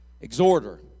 exhorter